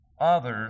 others